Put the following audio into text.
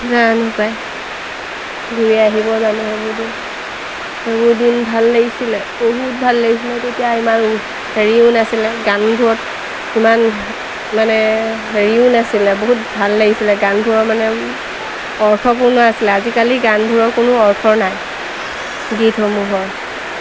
জানো পায় ঘূৰি আহিব জানো সেইবোৰ সেইবোৰ দিন ভাল লাগিছিলে বহুত ভাল লাগিছিলে তেতিয়া ইমান হেৰিও নাছিলে গানবোৰত ইমান মানে হেৰিও নাছিলে বহুত ভাল লাগিছিলে গানবোৰৰ মানে অৰ্থপূৰ্ণ আছিলে আজিকালি গানবোৰৰ কোনো অৰ্থ নাই গীতসমূহৰ